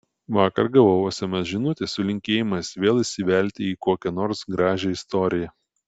vakar gavau sms žinutę su linkėjimais vėl įsivelti į kokią nors gražią istoriją